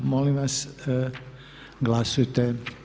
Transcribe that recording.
Molim vas glasujte.